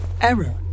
Error